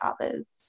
others